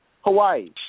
Hawaii